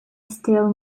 steel